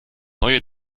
neue